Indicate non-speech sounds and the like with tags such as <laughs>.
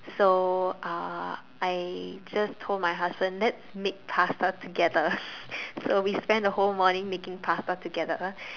so uh I just told my husband let's make pasta together <laughs> so we spent the whole morning making pasta together